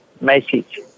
message